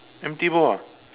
empty ball ah